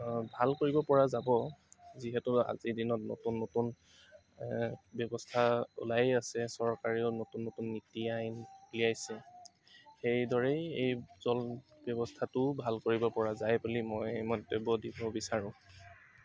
ভাল কৰিব পৰা যাব যিহেতু আজি দিনত নতুন নতুন ব্যৱস্থা ওলাই আছে চৰকাৰেও নতুন নতুন নীতি আইন উলিয়াইছে সেইদৰেই এই জল ব্যৱস্থাটো ভাল কৰিব পৰা যায় বুলি মই মন্তব্য দিব বিচাৰোঁ